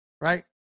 Right